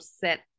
set